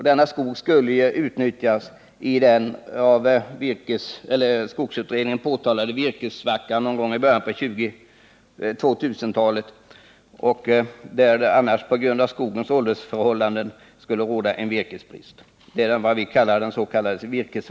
Denna skog skulle utnyttjas i den av skogsutredningen påtalade virkessvackan någon gång i början av 2000-talet, då det annars på grund av skogens åldersförhållanden skulle råda virkesbrist.